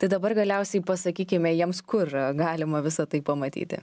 tai dabar galiausiai pasakykime jiems kur galima visa tai pamatyti